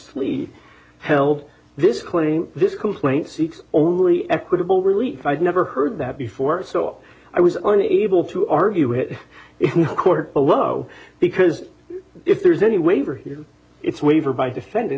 fleet held this claim this complaint seeks only equitable relief i've never heard that before so i was unable to argue it court below because if there's any waiver here it's waiver by descending